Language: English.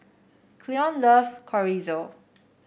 Cleone love Chorizo